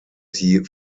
die